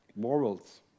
morals